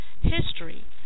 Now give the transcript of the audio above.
history